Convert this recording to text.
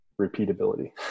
repeatability